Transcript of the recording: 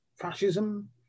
fascism